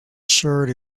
shirt